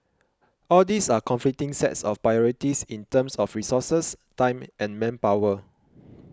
all these are conflicting sets of priorities in terms of resources time and manpower